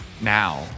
now